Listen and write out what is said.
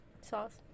sauce